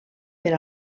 per